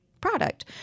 product